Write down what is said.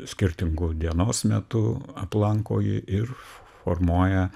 skirtingu dienos metu aplanko jį ir formuoja